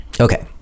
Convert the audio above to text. okay